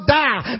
die